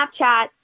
Snapchat